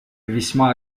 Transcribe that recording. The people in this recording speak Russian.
весьма